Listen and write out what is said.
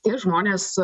tie žmonės